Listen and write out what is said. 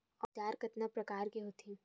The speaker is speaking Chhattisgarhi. औजार कतना प्रकार के होथे?